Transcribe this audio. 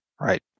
Right